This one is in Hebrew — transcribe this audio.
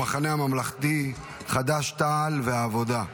המחנה הממלכתי, חד"ש-תע"ל והעבודה.